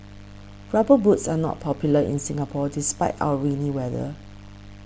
rubber boots are not popular in Singapore despite our rainy weather